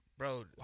Bro